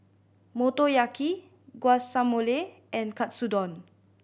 Motoyaki Guacamole and Katsudon